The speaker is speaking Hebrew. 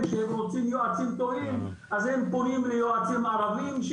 שרוצים יועצים טובים אז הם פונים ליועצים ערבים,